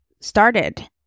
started